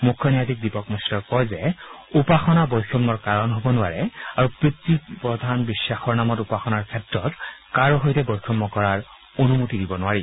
মুখ্য ন্যায়াধীশ দীপক মিশ্ৰই কয় যে উপাসনা বৈষম্যৰ বিষয় হ'ব নোৱাৰে আৰু পিতৃ প্ৰধান বিশ্বাসৰ নামত উপাসনাৰ ক্ষেত্ৰত কাৰো সৈতে বৈষম্য কৰাৰ অনুমতি দিব নোৱাৰি